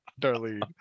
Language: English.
Darlene